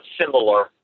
similar